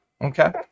Okay